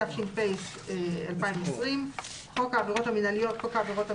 התש"ף 2020‏; "חוק העבירות המינהליות" חוק העבירות המינהליות,